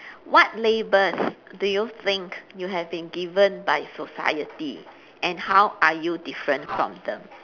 what labels do you think you have been given by society and how are you different from them